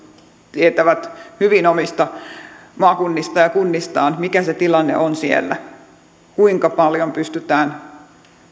tietävät hyvin omista maakunnistaan ja kunnistaan mikä se tilanne on siellä kuinka paljon pystytään